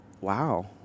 Wow